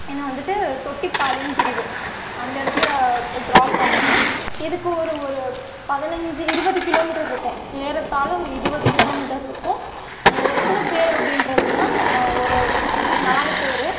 என்னை வந்துவிட்டு தொட்டிப்பாளையம் பிரிவு அந்த இடத்துல ட்ராப் பண்ணணும் இதுக்கு ஒரு ஒரு பதனஞ்சு இருபது கிலோமீட்டர் இருக்கும் ஏறத்தாழ ஒரு இருபது கிலோமீட்டர் இருக்கும் அதில் எத்தனை பேர் அப்படின்றதுனா ஒரு நாலு பேர்